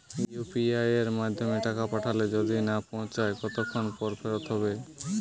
UPI য়ের মাধ্যমে টাকা পাঠালে যদি না পৌছায় কতক্ষন পর ফেরত হবে?